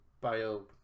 Bio